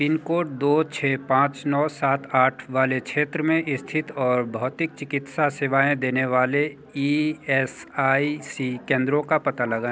pin code दो छः पाँच नौ सात आठ वाले वाले क्षेत्र में स्थित और भौतिक चिकित्सा सेवाएँ देने वाले ई एस आई सी केंद्रों का पता लगाएँ